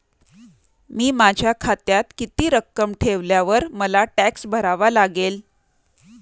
मी माझ्या खात्यात किती रक्कम ठेवल्यावर मला टॅक्स भरावा लागेल?